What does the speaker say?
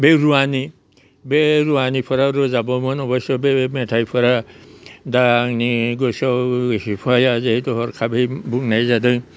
बै रुवानि बे रुवानिफोरा रोजाबोमोन अबयस' बे मेथाइफोरा दा आंनि गोसोआव एसे फाया जेहेथु हरखाबै बुंनाय जादों